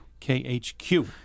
KHQ